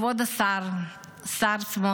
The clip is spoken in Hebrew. כבוד השר סמוטריץ',